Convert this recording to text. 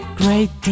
great